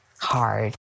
hard